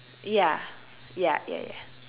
ya ya ya ya